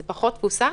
זו פחות תפוסה,